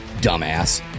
Dumbass